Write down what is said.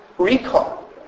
recall